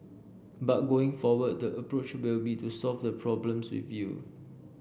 but going forward the approach will be to solve the problems with you